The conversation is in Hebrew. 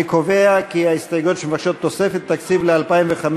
אני קובע כי ההסתייגויות שמבקשות תוספת תקציב ל-2015